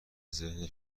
ذهن